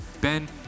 Ben